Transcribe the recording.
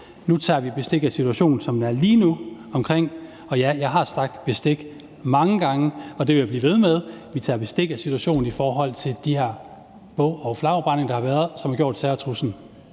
Nu tager vi bestik af situationen, som den er lige nu. Og ja, jeg har sagt »bestik« mange gange, og det vil jeg blive ved med. Vi tager bestik af situationen i forhold til de her bog- og flagafbrændinger, der har været, og som har gjort, at terrortruslen